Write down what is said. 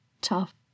tough